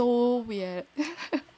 it was so weird